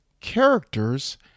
characters